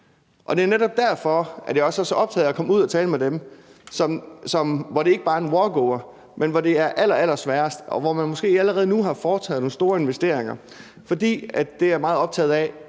Og det er netop derfor, at jeg også er så optaget af at komme ud og tale med dem, som det ikke bare er en walkover for, og som det er allerallersværest for, og som måske allerede nu har foretaget nogle store investeringer. Jeg er meget optaget af